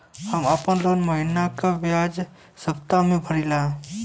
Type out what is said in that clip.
हम आपन लोन महिना के बजाय सप्ताह में भरीला